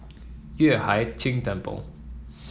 Yueh Hai Ching Temple